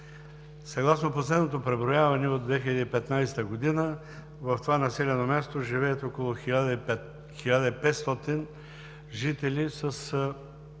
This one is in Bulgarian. Съгласно последното преброяване от 2015 г. в това населено място живеят около 1500 жители с